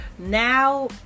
Now